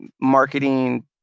marketing